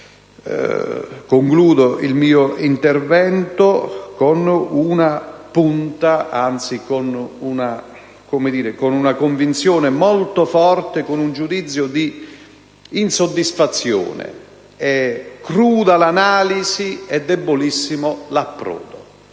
concludo il mio intervento con una convinzione molto forte e con un giudizio di insoddisfazione: è cruda l'analisi ma è debolissimo l'approdo,